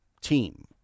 team